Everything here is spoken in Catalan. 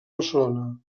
barcelona